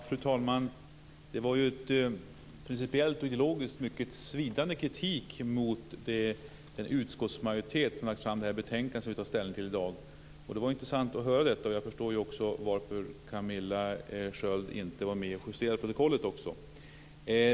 Fru talman! Det här var ju principiellt och ideologiskt en svidande kritik mot den utskottsmajoritet som har lagt fram det betänkande som vi tar ställning till i dag. Det var intressant att höra. Jag förstår också varför Camilla Sköld inte var med och justerade protokollet.